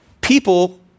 people